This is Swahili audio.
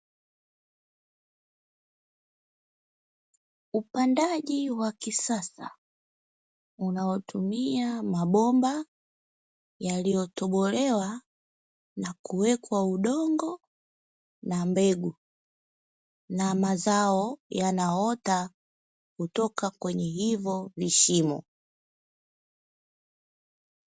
Upandaji wa kisasa unaotumia mabomba yaliyotobolewa na kuwekwa udongo na mbegu, na mazao yanaota kutoka kwenye hivyo vishimo.